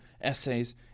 essays